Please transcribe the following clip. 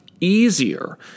easier